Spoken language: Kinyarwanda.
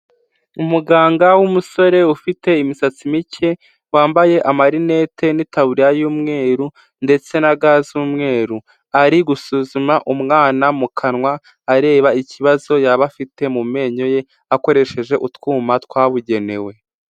Umuganga w'umusore ufite imisatsi mike ,wambaye amarinete n'itaburiya y'umweru , ndetse na ga z'umweru. Ari gusuzuma umwana mukanwa . Areba ikibazo yaba afite mu menyo ye, akoresheje utwuma twabugenewe.